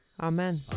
Amen